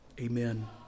Amen